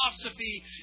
philosophy